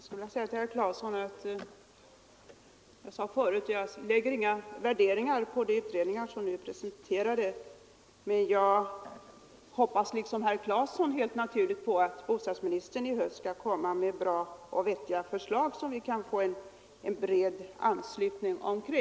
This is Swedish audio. Fru talman! Jag sade förut, herr Claeson, att jag gör inga värderingar av de utredningar som är presenterade, men jag hoppas naturligtvis liksom herr Claeson att bostadsministern i höst skall lägga fram bra och vettiga förslag som vi kan få bred anslutning till.